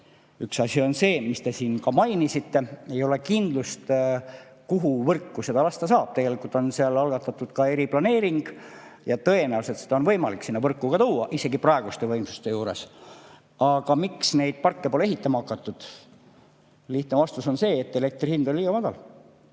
Üks asi on see, mis te siin mainisite: ei ole kindlust, kuhu võrku seda lasta saab. Tegelikult on seal algatatud ka eriplaneering ja tõenäoliselt on võimalik sinna võrku tuua isegi praeguste võimsuste juures. Aga miks neid parke pole ehitama hakatud? Lihtne vastus on see, et elektri hind on liiga madal.